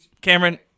Cameron